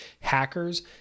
hackers